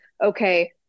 okay